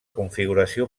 configuració